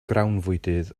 grawnfwydydd